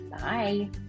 Bye